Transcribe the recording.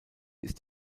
ist